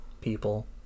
people